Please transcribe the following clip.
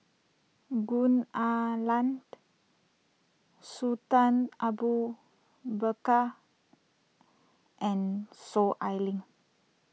Gwee Ah Leng Sultan Abu Bakar and Soon Ai Ling